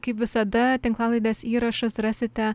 kaip visada tinklalaidės įrašus rasite